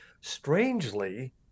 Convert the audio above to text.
Strangely